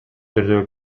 түрдө